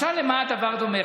משל למה הדבר דומה?